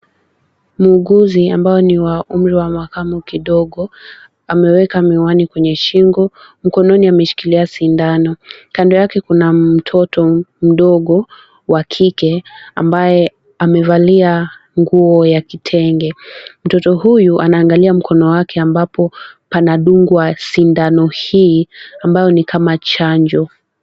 Muuguzi ambaye ni wa umri wa makamo kidogo ameweka miwani kwenye shingo, mkononi ameshikilia sindano. Kando yake kuna mtoto mdogo wa kike ambaye amevalia nguo ya kitenge. Mtoto huyu anaangalia mkono wake ambapo panadungwa sindano hii ambayo ni kama chanjo.